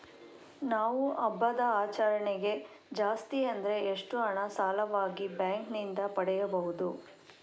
ನಾವು ಹಬ್ಬದ ಆಚರಣೆಗೆ ಜಾಸ್ತಿ ಅಂದ್ರೆ ಎಷ್ಟು ಹಣ ಸಾಲವಾಗಿ ಬ್ಯಾಂಕ್ ನಿಂದ ಪಡೆಯಬಹುದು?